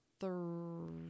three